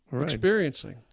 experiencing